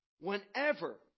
Whenever